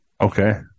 Okay